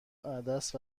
عدس